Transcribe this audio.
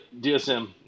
DSM